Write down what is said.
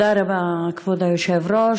תודה רבה, כבוד היושב-ראש.